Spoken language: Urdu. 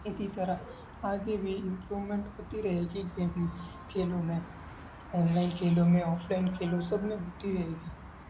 اسی طرح آگے بھی امپرومنٹ ہوتی رہے گی گیم کھیلوں میں آن لائن کھیلوں میں آف لائن کھیلوں سب میں ہوتی رہے گی